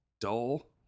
dull